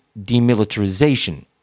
demilitarization